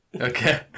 Okay